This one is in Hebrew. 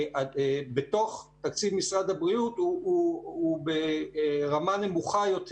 בתוך תקציב משרד הבריאות הוא ברמה נמוכה יותר